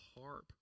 harp